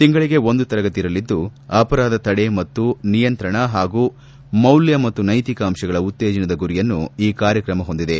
ತಿಂಗಳಿಗೆ ಒಂದು ತರಗತಿ ಇರಲಿದ್ದು ಅಪರಾಧ ತಡೆ ಮತ್ತು ನಿಯಂತ್ರಣ ಹಾಗೂ ಮೌಲ್ಯ ಮತ್ತು ನೈತಿಕ ಅಂಶಗಳ ಉತ್ತೇಜನದ ಗುರಿಯನ್ನು ಕಾರ್ಯಕ್ರಮ ಹೊಂದಿದೆ